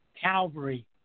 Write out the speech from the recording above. Calvary